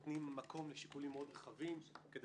כאן נותנים מקום לשיקולים מאוד רחבים כדי